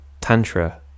tantra